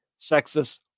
sexist